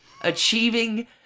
achieving